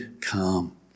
calm